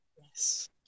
Yes